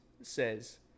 says